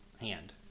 hand